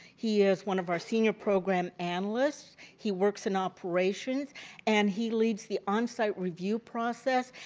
he is one of our senior program analysts, he works in operations and he leads the on-site review process,